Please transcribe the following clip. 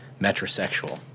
metrosexual